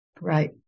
Right